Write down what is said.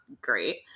great